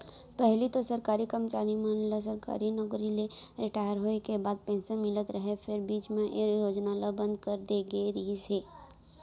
पहिली तो सरकारी करमचारी मन ल सरकारी नउकरी ले रिटायर होय के बाद पेंसन मिलत रहय फेर बीच म ए योजना ल बंद करे दे गे रिहिस हे